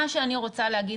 מה שאני רוצה להגיד,